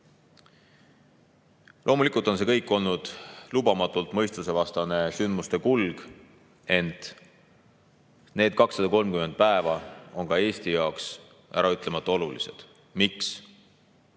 Loomulikult on see kõik olnud lubamatult mõistusevastane sündmuste kulg, ent need 230 päeva on ka Eesti jaoks äraütlemata olulised. Miks?